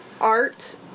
art